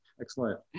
Excellent